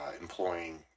employing